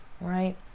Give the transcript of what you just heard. right